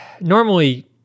normally